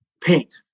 paint